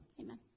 Amen